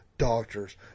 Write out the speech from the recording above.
Doctors